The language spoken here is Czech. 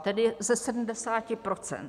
Tedy ze 70 %.